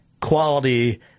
quality